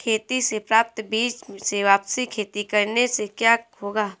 खेती से प्राप्त बीज से वापिस खेती करने से क्या होगा?